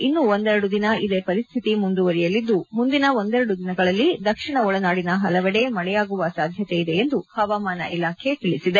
ಇನ್ನೂ ಒಂದೆರಡು ದಿನ ಇದೇ ಪರಿಸ್ಥಿತಿ ಮುಂದುವರೆಯಲಿದ್ದು ಮುಂದಿನ ಒಂದೆರಡು ದಿನಗಳಲ್ಲಿ ದಕ್ಷಿಣ ಒಳನಾಡಿನ ಪಲವೆಡೆ ಮಳೆಯಾಗುವ ಸಾಧ್ಯತೆಯಿದೆ ಎಂದು ಹವಾಮಾನ ಇಲಾಖೆ ತಿಳಿಸಿದೆ